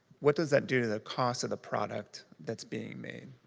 what does that do to the cost of the product that's being made?